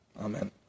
Amen